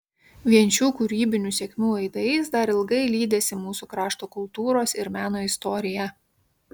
vien šių kūrybinių sėkmių aidais dar ilgai lydėsi mūsų krašto kultūros ir meno istoriją